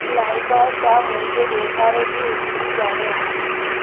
लाहिबा सां मुंहिंजे वहिंवार जी हिस्ट्री ॼाणियो